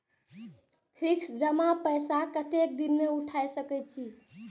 Fix जमा पैसा कतेक दिन में उठाई सके छी?